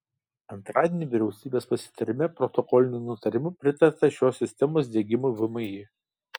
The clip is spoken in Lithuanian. antradienį vyriausybės pasitarime protokoliniu nutarimu pritarta šios sistemos diegimui vmi